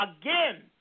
again